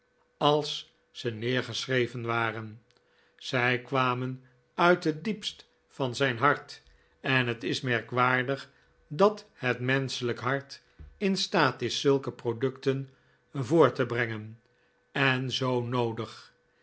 als ze neergeschreven waren zij kwamen uit het diepst van zijn hart en het is merkwaardig dat het menschelijk hart in staat is zulke producten voort te brengen en zoo noodig